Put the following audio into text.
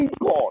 God